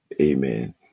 Amen